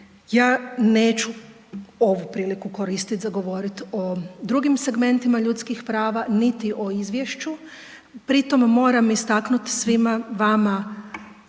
Ja neću ovu priliku koristiti za govoriti o drugim segmentima ljudskih prava niti o izvješću. Pritom moram istaknuti svima vama